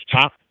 top